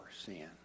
sin